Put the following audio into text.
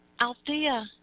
Althea